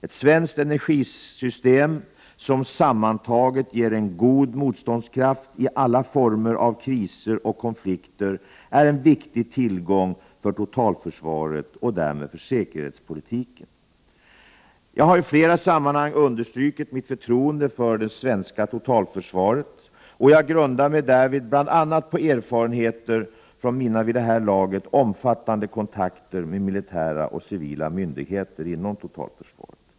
Ett svenskt energisystem som sammantaget ger en god motståndskraft i alla former av kriser och konflikter är en viktig tillgång för totalförsvaret och därmed för säkerhetspolitiken. Jag har i flera sammanhang understrukit mitt förtroende för det svenska totalförsvaret. Jag grundar mig därvid bl.a. på erfarenheter från mina vid det här laget omfattande kontakter med militära och civila myndigheter inom totalförsvaret.